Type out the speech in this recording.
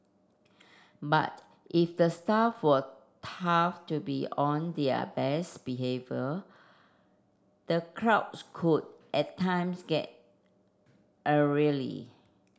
but if the staff were taught to be on their best behaviour the crowds could at times get